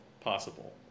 possible